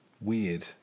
weird